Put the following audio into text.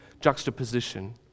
juxtaposition